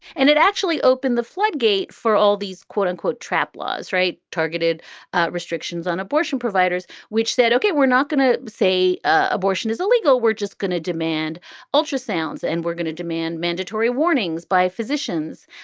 and it actually opened the floodgates for all these, quote unquote, trap laws, right? targeted restrictions on abortion providers, which said, ok, we're not going to say abortion is illegal. we're just going to demand ultrasounds and we're going to demand mandatory warnings by physicians.